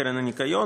קרן הניקיון,